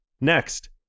Next